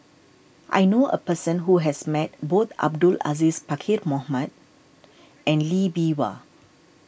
I know a person who has met both Abdul Aziz Pakkeer Mohamed and Lee Bee Wah